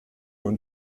und